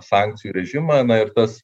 sankcijų režimą na ir tas